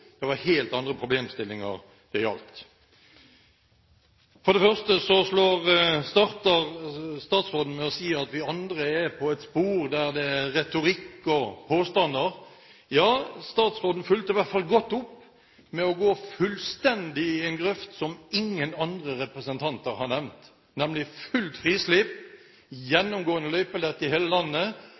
det var helt andre problemstillinger det gjaldt. For det første starter statsråden med å si at vi andre er på et spor der det er retorikk og påstander. Ja, statsråden fulgte i hvert fall godt opp med å gå fullstendig i en grøft som ingen representanter har nevnt, nemlig fullt frislipp, gjennomgående løypenett i hele landet